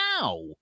now